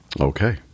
Okay